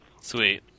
Sweet